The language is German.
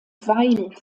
weil